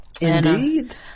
Indeed